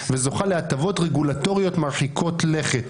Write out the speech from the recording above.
וזוכה להטבות רגולטוריות מרחיקות לכת".